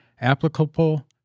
applicable